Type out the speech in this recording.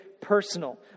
personal